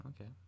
Okay